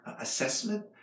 assessment